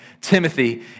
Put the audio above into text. Timothy